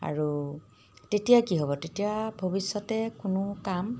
আৰু তেতিয়া কি হ'ব তেতিয়া ভৱিষ্যতে কোনো কাম